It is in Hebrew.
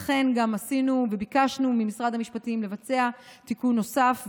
לכן גם עשינו וביקשנו ממשרד המשפטים לבצע תיקון נוסף,